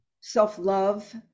self-love